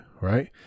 right